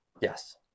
yes